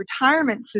retirement